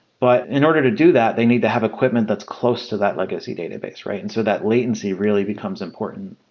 but in order to do that, they need to have equipment that's close to that legacy database, right? and so that latency really becomes important.